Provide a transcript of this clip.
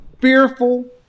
fearful